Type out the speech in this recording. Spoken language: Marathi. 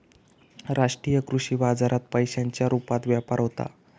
राष्ट्रीय कृषी बाजारात पैशांच्या रुपात व्यापार होता